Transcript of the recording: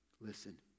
Listen